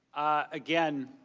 again,